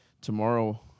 tomorrow